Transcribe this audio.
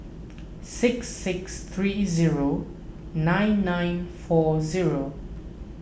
six six three zero nine nine four zero